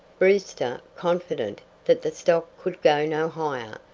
brewster, confident that the stock could go no higher,